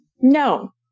No